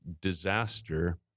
disaster